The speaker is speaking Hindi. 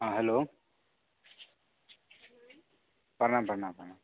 हाँ हेलो प्रणाम प्रणाम प्रणाम